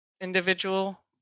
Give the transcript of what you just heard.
individual